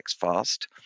Fast